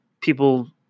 people